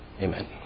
Amen